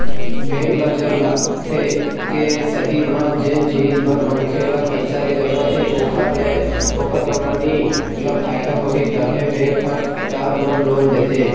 bank ल जब लगथे के सही म जेन जिनिस बर मनखे ल पइसा के जरुरत हे ओखर ले ओखर कंपनी ल फायदा होही तभे बेंक ह टर्म लोन देथे